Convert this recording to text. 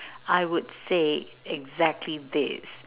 I would say exactly this